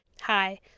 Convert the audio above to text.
Hi